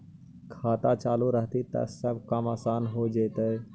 खाता चालु रहतैय तब सब काम आसान से हो जैतैय?